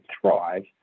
thrive